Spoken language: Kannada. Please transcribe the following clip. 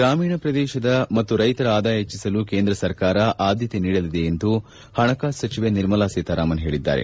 ಗ್ರಾಮೀಣ ಪ್ರದೇಶದ ಮತ್ತು ರೈತರ ಆದಾಯ ಹೆಚ್ಚಿಸಲು ಕೇಂದ್ರ ಸರ್ಕಾರ ಆದ್ಯತೆ ನೀಡಲಿದೆ ಎಂದು ಹಣಕಾಸು ಸಚಿವೆ ನಿರ್ಮಲಾ ಸೀತಾರಾಮನ್ ಹೇಳಿದ್ದಾರೆ